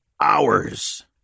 hours